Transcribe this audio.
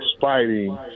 fighting